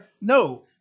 No